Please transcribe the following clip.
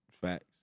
Facts